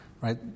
right